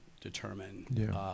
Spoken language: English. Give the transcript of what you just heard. determine